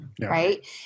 Right